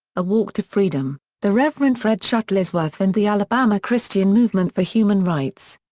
a walk to freedom the reverend fred shuttlesworth and the alabama christian movement for human rights.